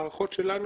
ההערכות שלנו